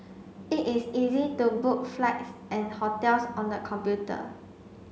it is easy to book flights and hotels on the computer